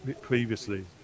previously